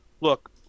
look